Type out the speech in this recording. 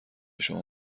شما